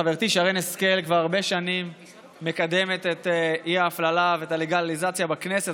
חברתי שרן השכל כבר הרבה שנים מקדמת את האי-הפללה ואת הלגליזציה בכנסת.